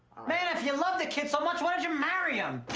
man, if you love the kid so much, why don't you marry him?